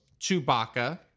Chewbacca